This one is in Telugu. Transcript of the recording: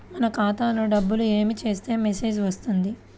మన ఖాతాలో డబ్బులు ఏమి చేస్తే మెసేజ్ వస్తుంది?